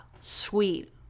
sweet